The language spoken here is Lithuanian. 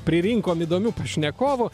pririnkom įdomių pašnekovų